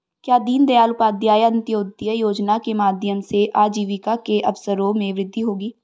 क्या दीन दयाल उपाध्याय अंत्योदय योजना के माध्यम से आजीविका के अवसरों में वृद्धि होगी?